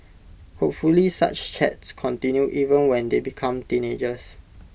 hopefully such chats continue even when they become teenagers